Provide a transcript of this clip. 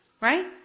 Right